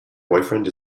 boyfriend